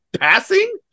passing